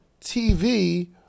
TV